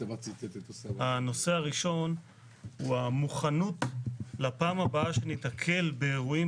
הנושא הראשון הוא המוכנות לפעם הבאה שניתקל באירועים